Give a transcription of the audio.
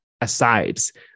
asides